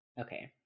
Okay